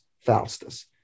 Faustus